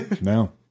no